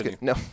no